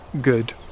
good